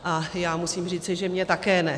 A já musím říci, že mně také ne.